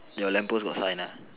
your lamppost got sign ah